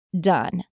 done